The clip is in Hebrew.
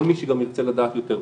כל מי שגם ירצה לדעת יותר פרטים,